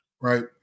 right